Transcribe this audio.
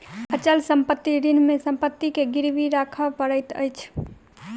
अचल संपत्ति ऋण मे संपत्ति के गिरवी राखअ पड़ैत अछि